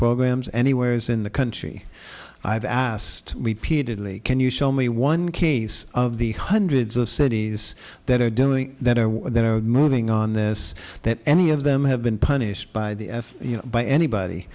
programs anywheres in the country i've asked repeatedly can you show me one case of the hundreds of cities that are doing that are there are moving on this that any of them have been punished by the f you know by anybody